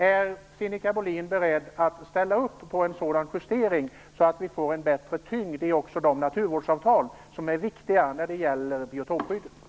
Är Sinikka Bohlin beredd att ställa upp på en sådan justering så att vi får en bättre tyngd också i naturvårdsavtalen, som är viktiga för biotopskyddet?